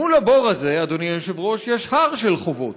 מול הבור הזה, אדוני היושב-ראש, יש הר של חובות,